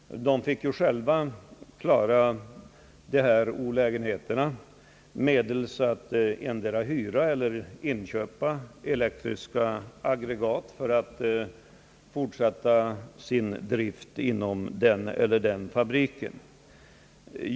De fick ju själva klara olägenheterna genom att antingen hyra eller inköpa elektriska aggregat för att kunna fortsätta driften inom sina respektive fabriker.